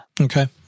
Okay